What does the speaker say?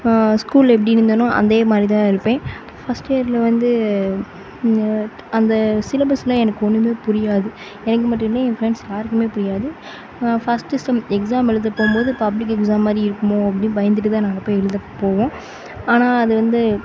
ஸ்கூலில் எப்படி இருந்தேனோ அதே மாதிரிதான் இருப்பேன் ஃபர்ஸ்ட் இயரில் வந்து அந்த சிலபஸ்யெலாம் எனக்கு ஒன்றுமே புரியாது எனக்கு மட்டும் இல்லை என் ஃப்ரெண்ட்ஸ் யாருக்குமே புரியாது ஃபர்ஸ்ட்டு செம் எக்ஸாம் எழுத போகும்போது பப்ளிக் எக்ஸாம் மாதிரி இருக்குமோ அப்படின்னு பயந்துகிட்டுதான் நாங்கள் போய் எழுத போவோம் ஆனால் அது வந்து